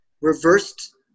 reversed